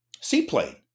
seaplane